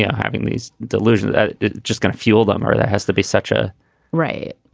yeah having these delusions that just gonna fuel them or that has to be such a right,